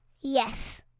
Yes